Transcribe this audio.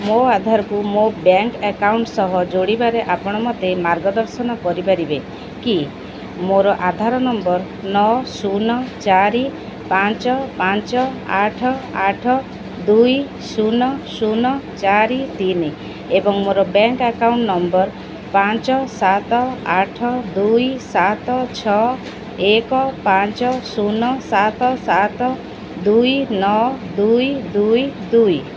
ମୋ ଆଧାରକୁ ମୋ ବ୍ୟାଙ୍କ୍ ଆକାଉଣ୍ଟ୍ ସହ ଯୋଡ଼ିବାରେ ଆପଣ ମୋତେ ମାର୍ଗଦର୍ଶନ କରିପାରିବେ କି ମୋର ଆଧାର ନମ୍ବର୍ ନଅ ଶୂନ ଚାରି ପାଞ୍ଚ ପାଞ୍ଚ ଆଠ ଆଠ ଦୁଇ ଶୂନ ଶୂନ ଚାରି ତିନି ଏବଂ ମୋର ବ୍ୟାଙ୍କ୍ ଆକାଉଣ୍ଟ୍ ନମ୍ବର୍ ପାଞ୍ଚ ସାତ ଆଠ ଦୁଇ ସାତ ଛଅ ଏକ ପାଞ୍ଚ ଶୂନ ସାତ ସାତ ଦୁଇ ନଅ ଦୁଇ ଦୁଇ ଦୁଇ